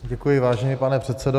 Děkuji, vážený pane předsedo.